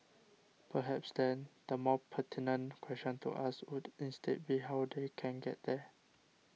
perhaps then the more pertinent question to ask would instead be how they can get there